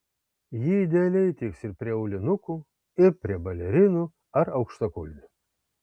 ji idealiai tiks ir prie aulinukų ir prie balerinų ar aukštakulnių